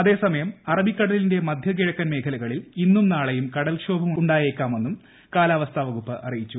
അതേസമയം അറബിക്കടലിന്റെ മധ്യ കിഴക്കൻ മേഖലകളിൽ ഇന്നും നാളെയും കടൽക്ഷോഭം ഉണ്ടായേക്കാമെന്നും കാലാവസ്ഥ വകുപ്പ് അറിയിച്ചു